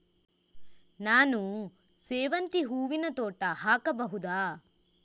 ನಾನು ಸೇವಂತಿ ಹೂವಿನ ತೋಟ ಹಾಕಬಹುದಾ?